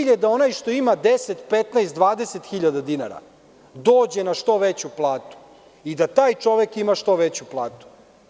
Naš cilj je da onaj što ima 10.000, 15.000, 20.000 dinara dođe na što veću platu i da taj čovek ima što veću platu.